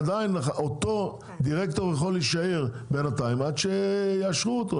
עדיין אותו דירקטור יכול להישאר בינתיים עד שיאשרו אותו,